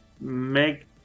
make